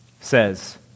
says